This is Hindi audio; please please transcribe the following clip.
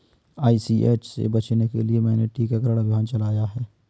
आई.सी.एच से बचने के लिए मैंने टीकाकरण अभियान चलाया है